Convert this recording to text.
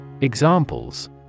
Examples